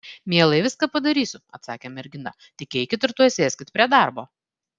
mielai viską padarysiu atsakė mergina tik eikit ir tuoj sėskit prie darbo